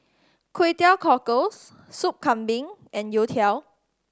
Kway Teow Cockles Sup Kambing and youtiao